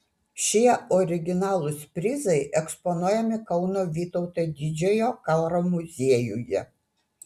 šie originalūs prizai eksponuojami kauno vytauto didžiojo karo muziejuje